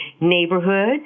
neighborhood